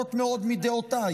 רחוקות מאוד מדעותיי,